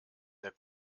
der